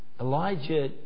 Elijah